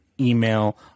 email